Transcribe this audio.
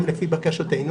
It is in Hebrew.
גם לפי בקשתנו.